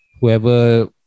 Whoever